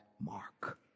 mark